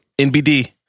NBD